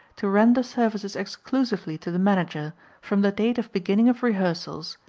to render services exclusively to the manager from the date of beginning of rehearsals,